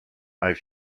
i’ve